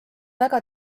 väga